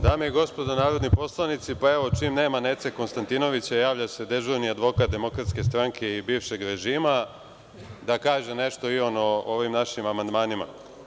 Dame i gospodo narodni poslanici, čim nema Nece Konstantinovića, javlja se dežurni advokat Demokratske stranke i bivšeg režima, da kaže nešto i on o ovim našim amandmanima.